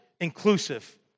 inclusive